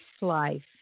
life